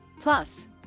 Plus